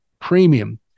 premium